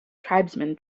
tribesmen